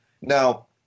Now